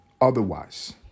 otherwise